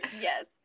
Yes